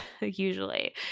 usually